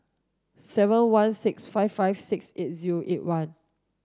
seven one six five five six eight zero eight one